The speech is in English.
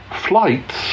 flights